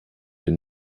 den